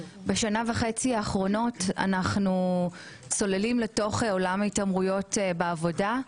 בשנה וחצי האחרונות אנחנו צוללים לתוך עולם התעמרויות בעבודה.